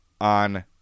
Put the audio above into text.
on